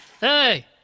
Hey